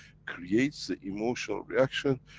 creates the emotional reaction,